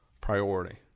priority